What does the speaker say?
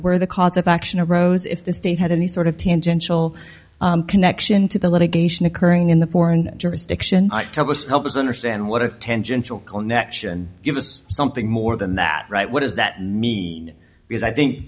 where the cause of action arose if the state had any sort of tangential connection to the litigation occurring in the foreign jurisdiction tell us help us understand what attention connection give us something more than that right what does that mean because i think